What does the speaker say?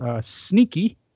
sneaky